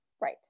right